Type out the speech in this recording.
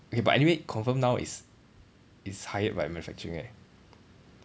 okay but anyway confirm now is is hired by manufacturing right